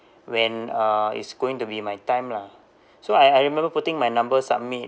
when uh is going to be my time lah so I I remember putting my number submit